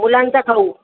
मुलांचा खाऊ